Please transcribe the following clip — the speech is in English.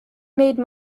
made